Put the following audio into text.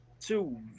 two